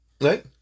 right